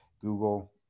Google